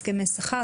הסכמי שכר,